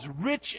rich